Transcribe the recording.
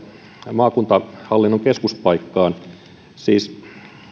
maakuntahallinnon keskuspaikkaan siis